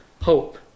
hope